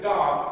God